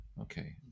Okay